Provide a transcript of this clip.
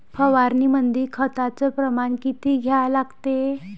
फवारनीमंदी खताचं प्रमान किती घ्या लागते?